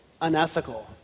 unethical